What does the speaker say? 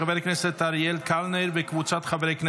של חבר הכנסת אריאל קלנר וקבוצת חברי הכנסת.